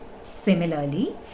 similarly